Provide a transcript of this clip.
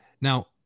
now